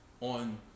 on